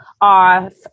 off